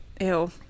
Ew